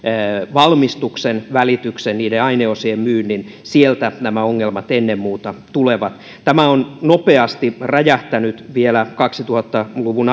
valmistuksen välityksen ja niiden aineosien myynnin sieltä nämä ongelmat ennen muuta tulevat tämä on nopeasti räjähtänyt vielä kaksituhatta luvun